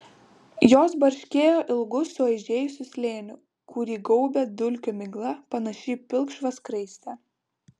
jos barškėjo ilgu suaižėjusiu slėniu kurį gaubė dulkių migla panaši į pilkšvą skraistę